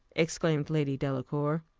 exclaimed lady delacour.